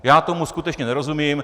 Já tomu skutečně nerozumím.